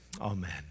Amen